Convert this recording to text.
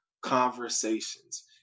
conversations